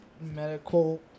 medical